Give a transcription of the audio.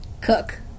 Cook